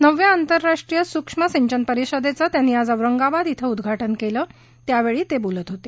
नवव्या आंतरराष्ट्रीय सूक्ष्म सिंचन परिषदेचं आज त्यांनी औरंगाबाद इथं उद्घाटन केलं त्यावेळी ते बोलत होते